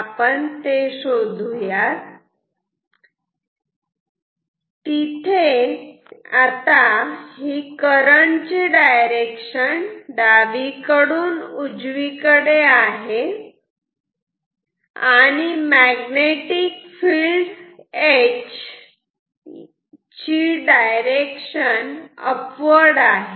आपण ते शोधूयात तिथे करंट ची डायरेक्शन डावीकडून उजवीकडे आहे आणि magnetic field H direction upward आहे